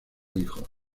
hijos